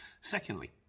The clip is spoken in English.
Secondly